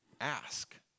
ask